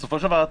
בסופו של דבר,